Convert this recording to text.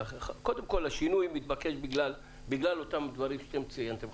השינוי מתבקש בגלל אותם דברים ציינתם אתם,